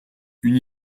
une